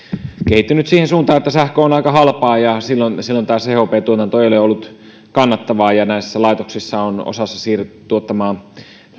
siihen suuntaan että sähkö on aika halpaa ja kun silloin taas chp tuotanto ei ole ollut kannattavaa ja näistä laitoksista osassa on siirrytty tuottamaan